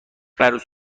عروس